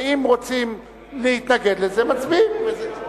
ואם רוצים להתנגד לזה, מצביעים.